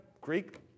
Greek